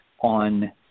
on